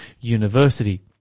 university